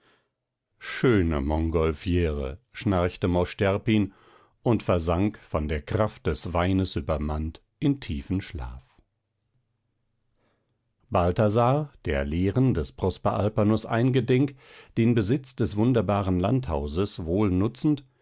schöne mongolfiere schnarchte mosch terpin und versank von der kraft des weines übermannt in tiefen schlaf balthasar der lehren des prosper alpanus eingedenk den besitz des wunderbaren landhauses wohl nutzend